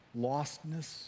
lostness